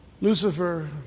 Lucifer